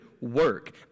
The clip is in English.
work